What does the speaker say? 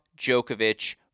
Djokovic